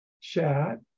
chat